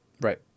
right